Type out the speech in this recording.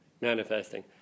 manifesting